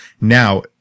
Now